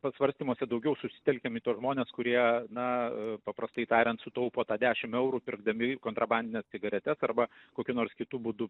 pasvarstymuose daugiau susitelkiam į tuos žmones kurie na paprastai tariant sutaupo tą dešim eurų pirkdami kontrabandines cigaretes arba kokiu nors kitu būdu